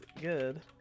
good